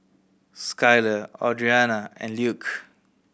Skyler Audrianna and Luke